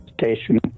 station